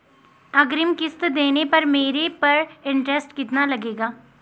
अग्रिम किश्त देने पर मेरे पर इंट्रेस्ट कितना लगेगा?